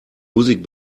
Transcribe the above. musik